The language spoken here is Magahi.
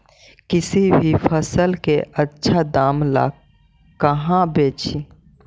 किसी भी फसल के आछा दाम ला कहा बेची?